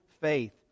faith